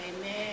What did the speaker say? Amen